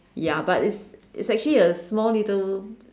ya but it's it's actually a small little